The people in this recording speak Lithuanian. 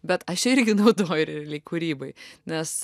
bet aš irgi naudoju realiai kūrybai nes